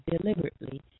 deliberately